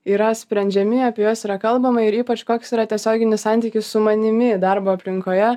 yra sprendžiami apie juos yra kalbama ir ypač koks yra tiesioginis santykis su manimi darbo aplinkoje